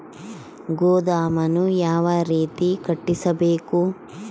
ಗೋದಾಮನ್ನು ಯಾವ ರೇತಿ ಕಟ್ಟಿಸಬೇಕು?